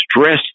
stress